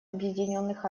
объединённых